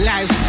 Life